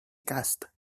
cast